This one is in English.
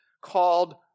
called